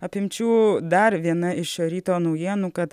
apimčių dar viena iš šio ryto naujienų kad